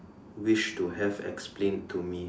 wish to have explained to me